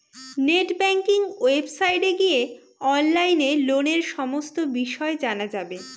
net banking ওয়েবসাইটে গিয়ে অনলাইনে লোনের সমস্ত বিষয় জানা যাবে